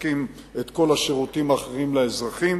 מספקות את כל השירותים האחרים לאזרחים,